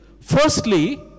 firstly